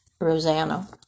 Rosanna